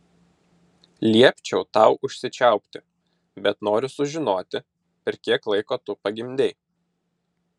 liepčiau tau užsičiaupti bet noriu sužinoti per kiek laiko tu pagimdei